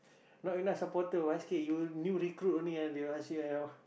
not enough supporter basket you new recruit only ah they will ask you ah